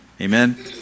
Amen